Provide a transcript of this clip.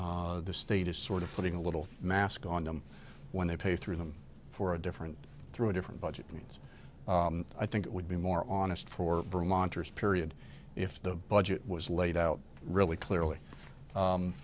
the state is sort of putting a little mask on them when they pay through them for a different through different budget means i think it would be more honest for vermonters period if the budget was laid out really clearly